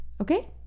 okay